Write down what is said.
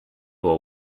war